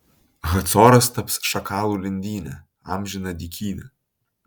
hacoras taps šakalų lindyne amžina dykyne